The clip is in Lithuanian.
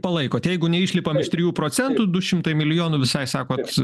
palaikot jeigu neišlipam iš trijų procentų du šimtai milijonų visai sakot